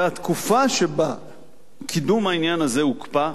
והתקופה שבה קידום העניין הזה הוקפא היתה,